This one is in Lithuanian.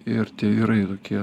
ir tie vyrai tokia